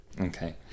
Okay